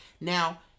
Now